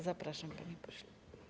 Zapraszam, panie pośle.